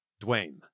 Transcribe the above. Dwayne